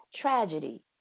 tragedy